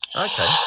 Okay